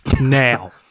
Now